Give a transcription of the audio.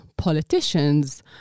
politicians